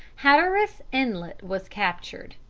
hatteras inlet was captured,